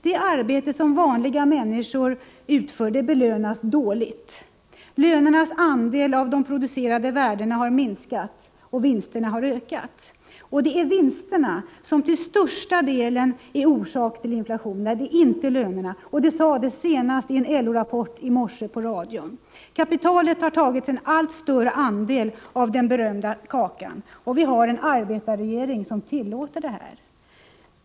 Det arbete som vanliga människor utför belönas dåligt. Lönernas andel av produktionsvärdena har minskat och vinsterna har ökat. Det är vinsterna som till största delen orsakar inflationen, inte lönerna, vilket framhölls senast i en LO-rapport i radion i morse. Kapitalet har tagit en allt större andel av den berömda kakan, och vi har en arbetarregering som tillåter det här.